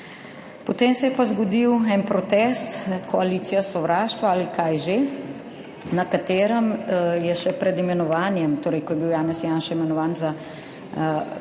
Potem se je pa zgodil en protest, Koalicija sovraštva ali kaj že, na katerem je še pred imenovanjem, torej ko je bil Janez Janša imenovan za predsednika